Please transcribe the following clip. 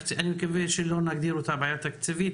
אני מקווה שלא נגדיר אותה בעיה תקציבית,